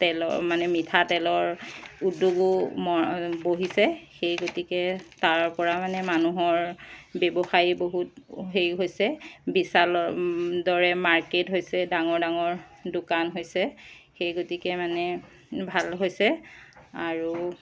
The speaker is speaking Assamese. তেলৰ মানে মিঠাতেলৰ উদ্যোগো ম বহিছে সেই গতিকে তাৰ পৰা মানে মানুহৰ ব্যৱসায়ী বহুত হেৰি হৈছে বিশালৰ দৰে মাৰ্কেট হৈছে ডাঙৰ ডাঙৰ দোকান হৈছে সেই গতিকে মানে ভাল হৈছে আৰু